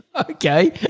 Okay